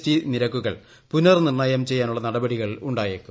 T നിരക്കുകൾ പുനർനിർണ്ണയം ചെയ്യാനുള്ള നടപടികൾ ഉണ്ടായേക്കും